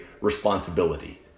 responsibility